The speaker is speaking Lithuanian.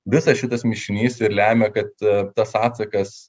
visas šitas mišinys ir lemia kad tas atsakas